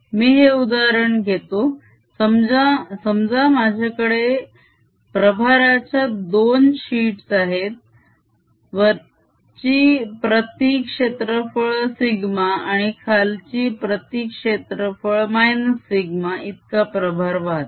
मी हे उदाहरण घेतो समजा माझ्याकडे प्रभाराच्या दोन शीट्स आहेत वरची प्रती क्षेत्रफळ σ आणि खालची प्रती क्षेत्रफळ -σ इतका प्रभार वाहते